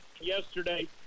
yesterday